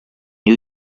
new